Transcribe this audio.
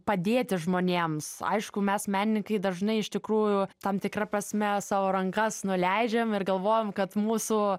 padėti žmonėms aišku mes menininkai dažnai iš tikrųjų tam tikra prasme savo rankas nuleidžiam ir galvojam kad mūsų